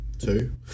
two